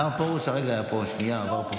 השר פרוש היה פה כרגע, לפני שנייה עבר פה.